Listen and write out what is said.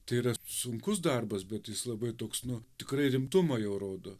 tai yra sunkus darbas bet jis labai toks nu tikrai rimtumą jau rodo